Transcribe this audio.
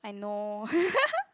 I know